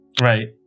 Right